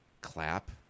clap